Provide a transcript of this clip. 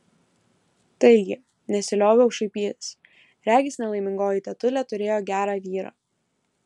taigi nesilioviau šaipytis regis nelaimingoji tetulė turėjo gerą vyrą